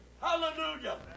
Hallelujah